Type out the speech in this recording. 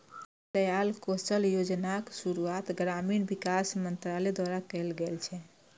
दीनदयाल कौशल्य योजनाक शुरुआत ग्रामीण विकास मंत्रालय द्वारा कैल गेल छै